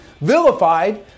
vilified